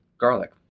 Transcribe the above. garlic